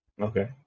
Okay